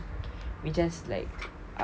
we just like uh